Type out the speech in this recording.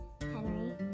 Henry